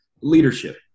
leadership